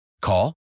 Call